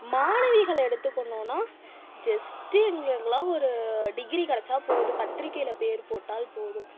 மாணவிகளை எடுத்துக்கொண்டோன்னா ஜஸ்ட்டு எங்களுக்கெலாம் ஒரு டிகிரி கிடச்சா போதும் பத்திரிக்கையில் பேயரு போட்டால் போதும்